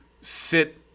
sit